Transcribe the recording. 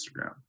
Instagram